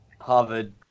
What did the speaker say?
Harvard